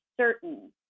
certain